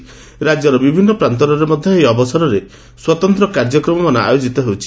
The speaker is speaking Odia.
ରାକ୍ୟର ବିଭିନ୍ନ ପ୍ରାନ୍ତରରେ ମଧ ଏହି ଅବସରରେ ସ୍ୱତନ୍ତ କାର୍ଯ୍ୟକ୍ରମମାନ ଆୟୋଜିତ ହେଉଛି